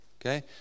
okay